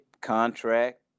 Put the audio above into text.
contract